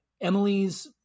Emily's